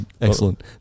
Excellent